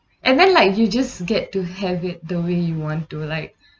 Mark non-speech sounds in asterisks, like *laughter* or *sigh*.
and then like you just get to have it the way you want to like *breath*